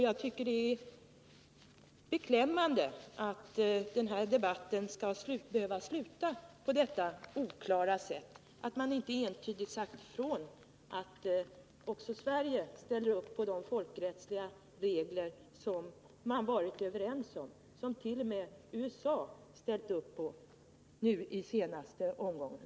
Jag tycker att det är beklämmande att denna debatt skall behöva sluta på detta oklara sätt, dvs. utan att det entydigt sagts ifrån att också Sverige ställer upp bakom de folkrättsliga regler som man varit överens om och som nu i den senaste omgången t.o.m. USA godtagit.